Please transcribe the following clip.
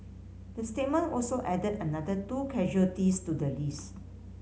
the statement also added another two casualties to the list